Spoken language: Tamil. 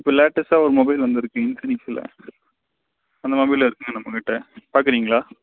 இப்போ லேட்டஸ்ட்டாக ஒரு மொபைல் வந்திருக்கு இன்ஃபினிக்ஸ் அந்த மொபைல் இருக்குதுங்க நம்மகிட்டே பாக்குறீங்களா